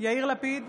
יאיר לפיד,